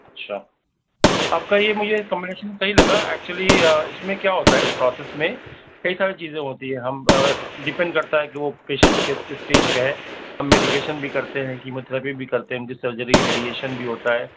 اچھا آپ کا یہ مجھے کمبینیشن صحیح لگا ایکچولی اس میں کیا ہوتا ہے اس پروسیس میں کئی ساری چیزیں ہوتی ہیں ہم ڈیپینڈ کرتا ہے کہ وہ پیشنٹ کس اسٹیج پہ ہے ہم میڈیکیشن بھی کرتے ہیں کییموترپی بھی کرتے ہیں ان کی سرجری ریڈیشن بھی ہوتا ہے